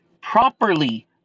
properly